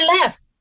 left